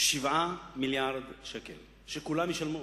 7 מיליארדי שקל, שכולם ישלמו,